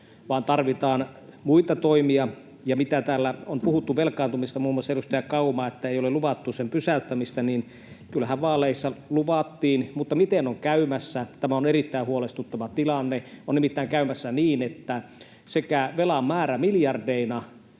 vaan tarvitaan muita toimia. Ja mitä täällä on puhuttu velkaantumisesta, muun muassa edustaja Kauman mukaan ei ole luvattu sen pysäyttämistä, niin kyllähän vaaleissa luvattiin. Mutta miten on käymässä? Tämä on erittäin huolestuttava tilanne. On nimittäin käymässä niin, että sekä velan määrä miljardeina